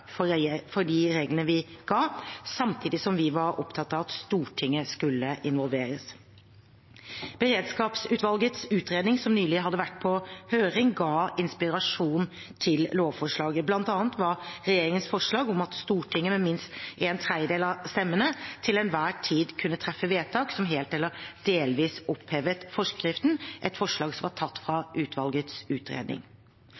for de reglene vi ga, samtidig som vi var opptatt av at Stortinget skulle involveres. Beredskapshjemmelutvalgets utredning, som nylig hadde vært på høring, ga inspirasjon til lovforslaget. Blant annet var regjeringens forslag om at Stortinget med minst en tredjedel av stemmene til enhver tid skulle kunne treffe vedtak som helt eller delvis opphevet forskriften, et forslag som var tatt